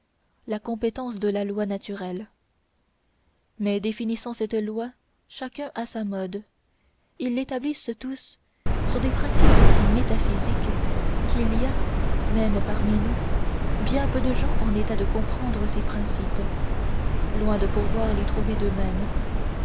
la compétence de la loi naturelle mais définissant cette loi chacun à sa mode ils l'établissent tous sur des principes si métaphysiques qu'il y a même parmi nous bien peu de gens en état de comprendre ces principes loin de pouvoir les trouver d'eux-mêmes